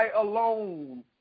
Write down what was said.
alone